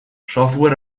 software